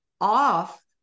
off